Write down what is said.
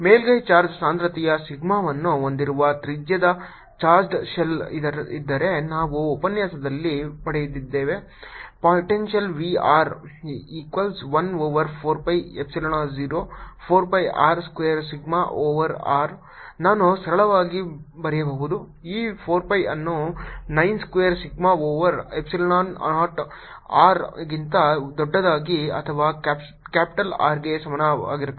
ಮೇಲ್ಮೈ ಚಾರ್ಜ್ ಸಾಂದ್ರತೆಯ ಸಿಗ್ಮಾವನ್ನು ಹೊಂದಿರುವ ತ್ರಿಜ್ಯದ ಚಾರ್ಜ್ಡ್ ಶೆಲ್ ಇದ್ದರೆ ನಾವು ಉಪನ್ಯಾಸದಲ್ಲಿ ಪಡೆದಿದ್ದೇವೆ potential V r equals 1 over 4 pi epsilon 0 4 pi R square sigma over r ನಾನು ಸರಳವಾಗಿ ಬರೆಯಬಹುದು ಈ 4 pi ಅನ್ನು R square sigma over epsilon not R ಗಿಂತ ದೊಡ್ಡದಾಗಿದೆ ಅಥವಾ ಕ್ಯಾಪಿಟಲ್ R ಗೆ ಸಮಾನವಾಗಿರುತ್ತದೆ